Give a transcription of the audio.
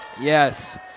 Yes